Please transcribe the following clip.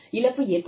இழப்பு ஏற்படும்